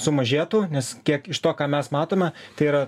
sumažėtų nes kiek iš to ką mes matome tai yra